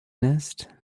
nest